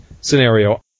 scenario